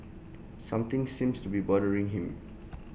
something seems to be bothering him